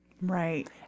Right